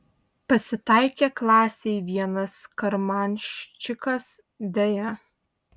pasitaikė klasėj vienas karmanščikas deja